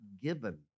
given